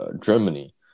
Germany